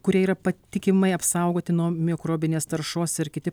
kurie yra patikimai apsaugoti nuo mikrobinės taršos ir kiti